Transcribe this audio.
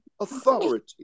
Authority